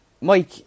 Mike